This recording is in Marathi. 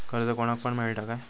कर्ज कोणाक पण मेलता काय?